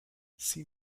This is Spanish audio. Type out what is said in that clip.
sin